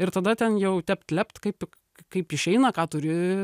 ir tada ten jau tept lept kaip tik kaip išeina ką turi